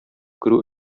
керү